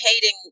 hating